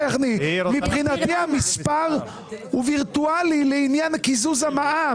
מבחינתי המספר הוא וירטואלי לעניין קיזוז המע"מ,